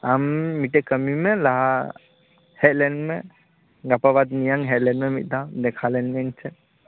ᱟᱢ ᱢᱤᱴᱮᱱ ᱠᱟ ᱢᱤᱢᱮ ᱞᱟᱦᱟ ᱦᱮᱡ ᱞᱮᱱᱢᱮ ᱜᱟᱯᱟ ᱵᱟᱫᱽ ᱢᱮᱭᱟᱝ ᱦᱮᱡ ᱞᱮᱱᱢᱮ ᱢᱤᱫ ᱫᱷᱟᱣ ᱫᱮᱠᱷᱟ ᱞᱮᱱᱢᱮ ᱤᱧ ᱴᱷᱮᱱ